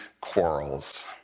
quarrels